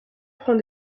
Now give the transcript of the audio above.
prend